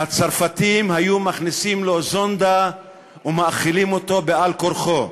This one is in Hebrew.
והצרפתים היו מכניסים לו זונדה ומאכילים אותו בעל כורחו.